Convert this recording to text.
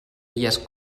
illes